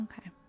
Okay